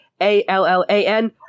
A-L-L-A-N